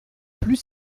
plus